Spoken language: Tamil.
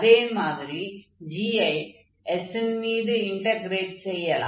அதே மாதிரி g ஐ S ன் மீது இன்டக்ரேட் செய்யலாம்